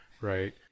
right